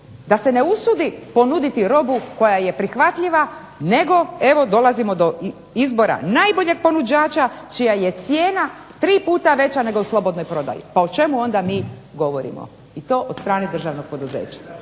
da se ne usudi ponuditi robu koja je prihvatljiva, nego evo dolazimo do izbora najboljeg ponuđača čija je cijena tri puta veća nego u slobodnoj prodaji. Pa o čemu onda mi govorimo i to od strane državnog poduzeća.